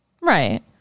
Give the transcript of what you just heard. Right